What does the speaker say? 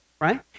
Right